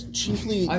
chiefly